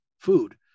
food